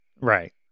Right